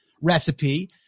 recipe